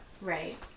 right